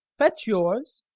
fetch yours.